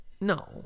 No